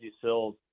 Sills